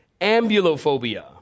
Ambulophobia